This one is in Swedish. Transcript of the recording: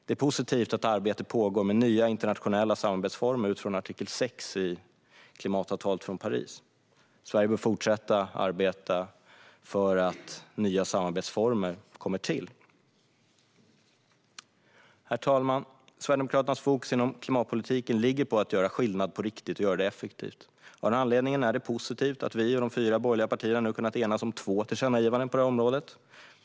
Det är positivt att arbete pågår med nya internationella samarbetsformer utifrån artikel 6 i klimatavtalet från Paris. Sverige bör fortsätta att arbeta för att nya samarbetsformer kommer till. Herr talman! Sverigedemokraternas fokus inom klimatpolitiken ligger på att göra skillnad på riktigt och att göra det effektivt. Av denna anledning är det positivt att vi och de fyra borgerliga partierna nu har kunnat enas om två tillkännagivanden på området.